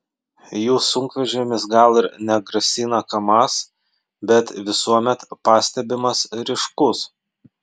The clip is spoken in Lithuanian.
jų sunkvežimis gal ir negrasina kamaz bet visuomet pastebimas ryškus